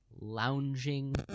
lounging